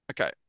Okay